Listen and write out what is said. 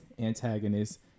antagonist